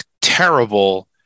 terrible